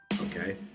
Okay